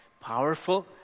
powerful